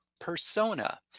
Persona